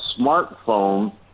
smartphone